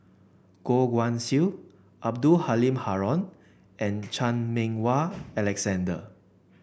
Goh Guan Siew Abdul Halim Haron and Chan Meng Wah Alexander